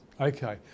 Okay